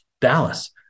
Dallas